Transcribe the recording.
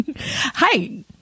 Hi